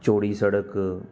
ਚੌੜੀ ਸੜਕ